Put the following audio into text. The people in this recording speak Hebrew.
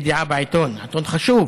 ידיעה בעיתון, עיתון חשוב.